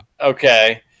Okay